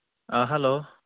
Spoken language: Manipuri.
ꯑꯥ ꯍꯜꯂꯣ